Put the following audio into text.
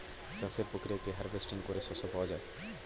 চাষের প্রক্রিয়াতে হার্ভেস্টিং করে শস্য পাওয়া যায়